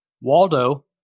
Waldo